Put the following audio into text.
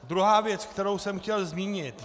Druhá věc, kterou jsem chtěl zmínit.